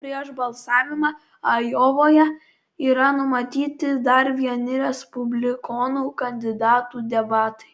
prieš balsavimą ajovoje yra numatyti dar vieni respublikonų kandidatų debatai